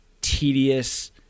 tedious